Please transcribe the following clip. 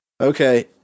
Okay